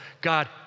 God